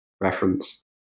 Reference